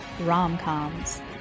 rom-coms